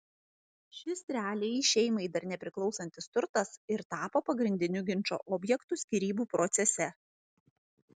šis realiai šeimai dar nepriklausantis turtas ir tapo pagrindiniu ginčo objektu skyrybų procese